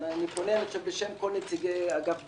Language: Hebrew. אני פונה בשם כל נציגי אגף התקציבים,